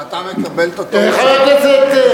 אתה מקבל את הטעות, חבר הכנסת חסון.